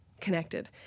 connected